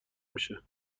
میشه